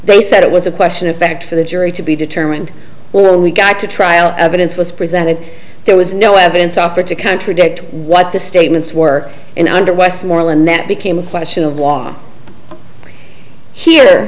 they said it was a question of fact for the jury to be determined when we got to trial evidence was presented there was no evidence offered to contradict what the statements were in under westmoreland that became a question of war here